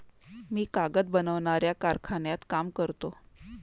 मी कागद बनवणाऱ्या कारखान्यात काम करतो